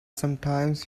sometimes